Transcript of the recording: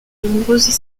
nombreuses